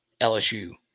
LSU